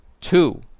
Two